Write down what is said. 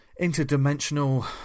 interdimensional